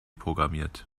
programmiert